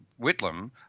Whitlam